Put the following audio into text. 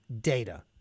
data